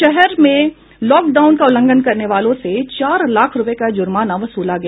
शहर में लॉकलाडन का उल्लंघन करने वालों से चार लाख रूपये का जुर्माना वसूला गया